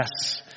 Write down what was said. yes